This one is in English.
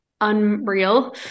unreal